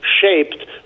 shaped